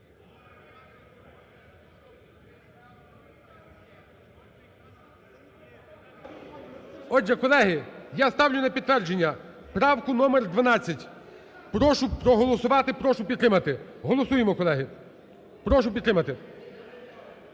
Отже, колеги, я ставлю на підтвердження правку №12. Прошу проголосувати, прошу підтримати. Голосуємо, колеги. Прошу підтримати.